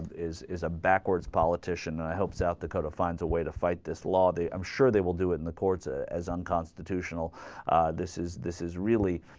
is is a backwards politician and i hope that the kota finds a way to fight this law the i'm sure they will do it in the courts ah as unconstitutional this is this is really